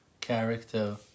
character